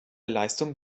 leistung